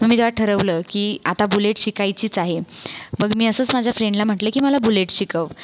आम्ही जेव्हा ठरवलं की आता बुलेट शिकायचीच आहे मग मी असंच माझ्या फ्रेंडला म्हटलं की मला बुलेट शिकव